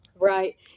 Right